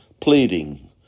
pleading